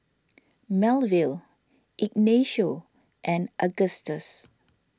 Melville Ignacio and Augustus